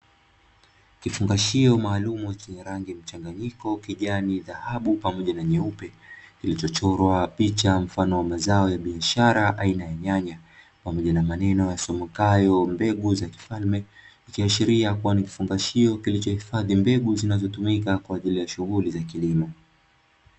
Kifungashio maalumu chenye rangi mchanganyiko kijani, dhahabu pamoja na nyeupe kilichochorwa picha mfano wa mazao ya biashara aina ya nyanya pamoja na maneno yasomekayo mbegu za kifalme. Ikiashiria kuwa ni kifungashio kilichohifadhi mbegu zinazotumika kwa ajili ya shughuli za kilimo.